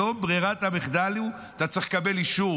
היום ברירת המחדל היא שאתה צריך לקבל אישור